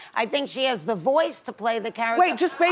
i think she has the voice to play the character, i mean